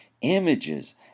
images